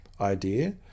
idea